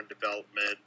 development